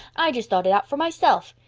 i just thought it out for myself.